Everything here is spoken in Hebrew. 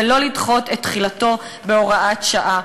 ולא לדחות את תחילתו בהוראת שעה".